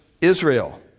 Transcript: Israel